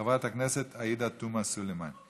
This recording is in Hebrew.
חברת הכנסת עאידה תומא סלימאן.